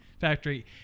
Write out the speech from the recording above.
factory